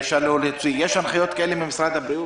יש הנחיות כאלה ממשרד הבריאות?